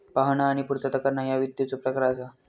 पाहणा आणि पूर्तता करणा ह्या वित्ताचो प्रकार असा